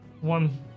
one